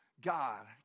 God